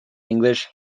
english